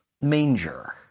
manger